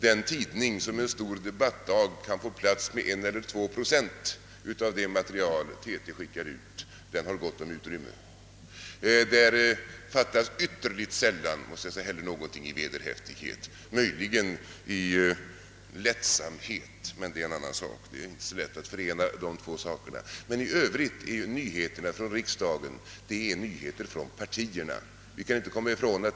Den tidning som en stor debattdag får plats med 1 eller 2 procent av det material TT skickar ut har gott om utrymme, Ytterligt sällan fattas där också någonting i vederhäftighet, möjligen i lättsamhet — men det är en annan sak. I övrigt är nyheterna från riksdagen nyheter från partierna.